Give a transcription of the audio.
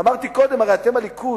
אמרתי קודם, הרי אתם, הליכוד,